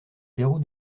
verrou